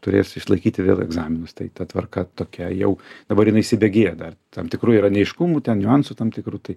turės išlaikyti egzaminus tai ta tvarka tokia jau dabar jinai įsibėgėja dar tam tikrų yra neaiškumų ten niuansų tam tikrų tai